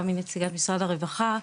גם מנציגת משרד הרווחה,